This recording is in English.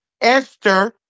Esther